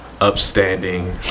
upstanding